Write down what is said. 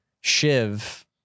Shiv